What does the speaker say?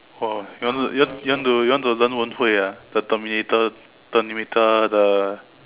oh you want to you want you want to learn Wen Hui ah the Terminator Terminator the